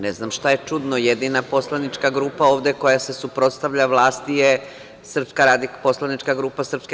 Ne znam šta je čudno, jedina poslanička grupa ovde koja se suprotstavlja vlasti je poslanička grupa SRS.